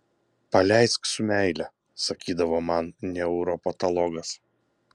paleisk su meile sakydavo man neuropatologas